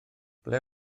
ble